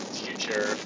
future